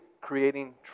creating